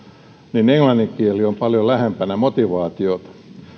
niin englannin kieli on paljon lähempänä motivaatiota